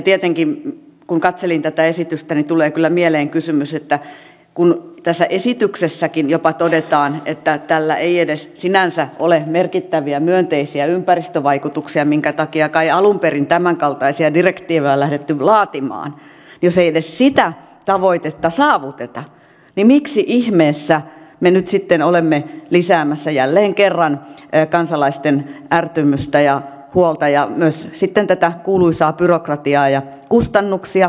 tietenkin kun katselin tätä esitystä tulee kyllä mieleen kysymys että kun tässä esityksessäkin jopa todetaan että tällä ei edes sinänsä ole merkittäviä myönteisiä ympäristövaikutuksia minkä takia kai alun perin tämänkaltaisia direktiivejä on lähdetty laatimaan niin jos ei edes sitä tavoitetta saavuteta niin miksi ihmeessä me nyt sitten olemme lisäämässä jälleen kerran kansalaisten ärtymystä ja huolta ja myös sitten tätä kuuluisaa byrokratiaa ja kustannuksia